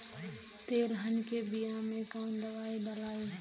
तेलहन के बिया मे कवन दवाई डलाई?